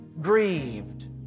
grieved